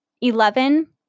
eleven